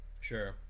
Sure